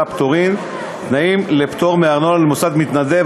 (פטורין) (תנאים לפטור מארנונה למוסד-מתנדב),